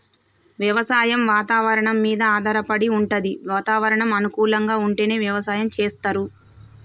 వ్యవసాయం వాతవరణం మీద ఆధారపడి వుంటది వాతావరణం అనుకూలంగా ఉంటేనే వ్యవసాయం చేస్తరు